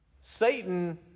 Satan